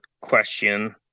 question